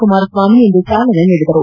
ಕುಮಾರಸ್ವಾಮಿ ಇಂದು ಚಾಲನೆ ನೀಡಿದರು